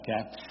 okay